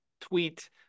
tweet